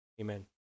Amen